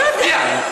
אני מצדיע.